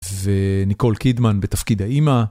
וניקול קידמן בתפקיד האימא.